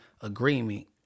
agreement